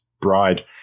bride